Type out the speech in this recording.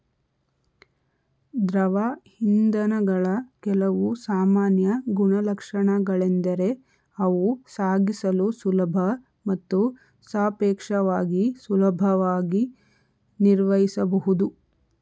ದ್ರವ ಇಂಧನಗಳ ಕೆಲವು ಸಾಮಾನ್ಯ ಗುಣಲಕ್ಷಣಗಳೆಂದರೆ ಅವು ಸಾಗಿಸಲು ಸುಲಭ ಮತ್ತು ಸಾಪೇಕ್ಷವಾಗಿ ಸುಲಭವಾಗಿ ನಿರ್ವಹಿಸಬಹುದು